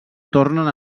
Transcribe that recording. tornen